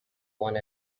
one